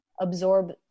absorb